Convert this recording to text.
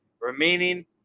remaining